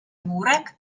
murek